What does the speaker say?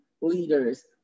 leaders